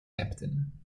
captain